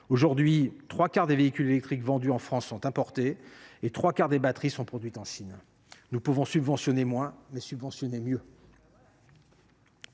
Aujourd’hui, les trois quarts des voitures électriques qui sont vendues en France sont importées et les trois quarts des batteries sont produites en Chine. Nous pouvons subventionner moins, mais subventionner mieux.